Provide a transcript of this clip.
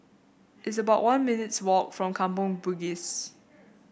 it's about one minutes' walk from Kampong Bugis